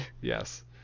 yes